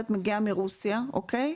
אוקיי.